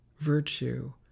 virtue